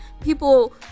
people